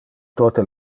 tote